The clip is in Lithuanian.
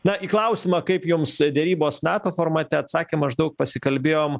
na į klausimą kaip jums derybos nato formate atsakė maždaug pasikalbėjom